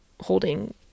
holding